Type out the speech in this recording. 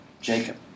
Jacob